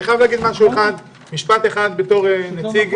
בתור נציג